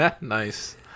Nice